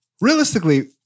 realistically